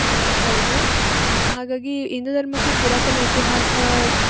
ಹೌದು ಹಾಗಾಗೀ ಹಿಂದೂ ಧರ್ಮಕ್ಕೆ ಪುರಾತನ ಇತಿಹಾಸ